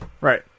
Right